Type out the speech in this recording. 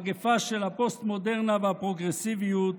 מגפה של הפוסט-מודרנה והפרוגרסיביות,